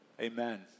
amen